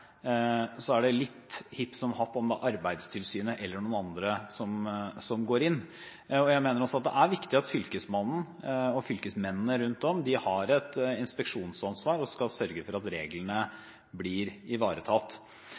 så relevant politisk, for for de elevene og lærerne som er der, er det litt hipp som happ om det er Arbeidstilsynet eller noen andre som går inn. Jeg mener også at det er viktig det at fylkesmennene rundt om har et inspeksjonsansvar og skal sørge for at reglene blir ivaretatt.